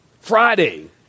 Friday